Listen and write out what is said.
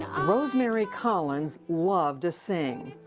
um rosemary collins loved to sing,